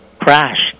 crashed